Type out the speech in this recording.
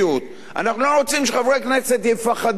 אנחנו לא רוצים שחברי כנסת יפחדו להגיד